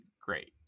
great